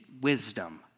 wisdom